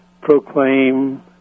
proclaim